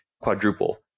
quadruple